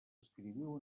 escriviu